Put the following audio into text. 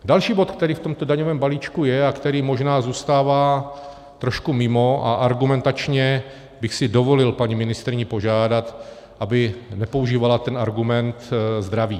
Další bod, který v tomto daňovém balíčku je a který možná zůstává trošku mimo, a argumentačně bych si dovolil paní ministryni požádat, aby nepoužívala ten argument zdraví.